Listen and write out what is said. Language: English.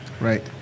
Right